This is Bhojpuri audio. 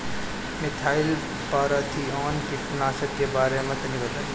मिथाइल पाराथीऑन कीटनाशक के बारे में तनि बताई?